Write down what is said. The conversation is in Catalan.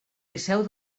liceu